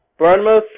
Burnmouth